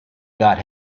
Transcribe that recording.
got